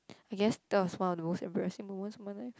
I guess that was one of the most embarrassing moment of my life